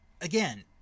again –